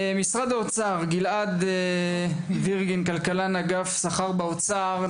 בזום, גלעד ווירגין, כלכלן אגף שכר במשרד האוצר.